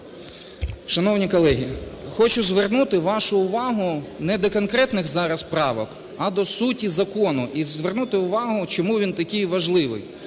Шановні колеги! Хочу звернути вашу увагу не до конкретних зараз правок, а до суті закону і звернути увагу чому він такий важливий.